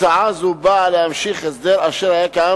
הצעה זו באה להמשיך הסדר אשר היה קיים